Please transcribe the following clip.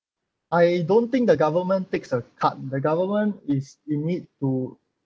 I don't think the government takes a cut the government is in it to